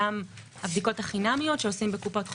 הבדיקות החינמיות שעושים בקופת חולים,